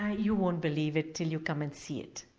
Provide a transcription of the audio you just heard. ah you won't believe it until you come and see it.